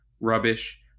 rubbish